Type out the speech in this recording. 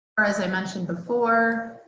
or as i mentioned before,